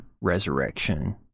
resurrection